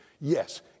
Yes